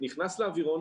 נכנס לאווירון,